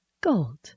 Gold